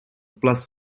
plus